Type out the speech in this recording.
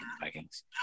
Vikings